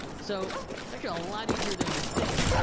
so it's actually a lot easier than you'd think.